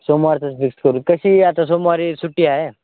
सोमवारचं फिस्क करू कशी आता सोमवारी सुट्टी आहे